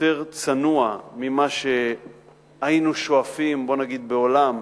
יותר צנוע ממה שהיינו שואפים בעולם,